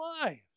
lives